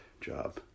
job